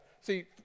see